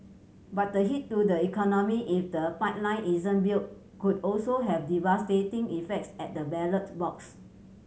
but the hit to the economy if the pipeline isn't built could also have devastating effects at the ballot box